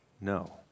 No